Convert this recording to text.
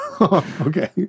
Okay